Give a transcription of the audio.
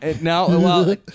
Now